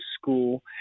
school